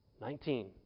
Nineteen